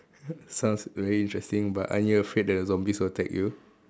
sounds very interesting but aren't you afraid that the zombies will attack you